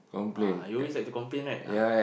ah you always like to complain right ah